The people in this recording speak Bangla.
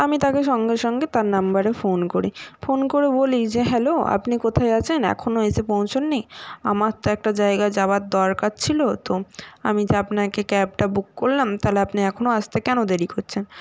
তো আমি তাকে সঙ্গে সঙ্গে তার নাম্বারে ফোন করি ফোন করে বলি যে হ্যালো আপনি কোথায় আছেন এখনও এসে পৌঁছননি আমার তো একটা জায়গা যাওয়ার দরকার ছিলো তো আমি যে আপনাকে ক্যাবটা বুক করলাম তালে আপনি এখনও আসতে কেন দেরি করছেন